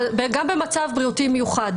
אבל גם במצב בריאותי מיוחד,